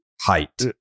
height